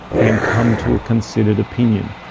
and come to a considered opinion.